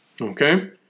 Okay